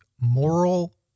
moral